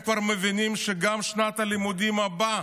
הם כבר מבינים שגם שנת הלימודים הבאה,